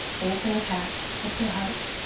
open the chest, lift your heart.